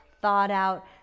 thought-out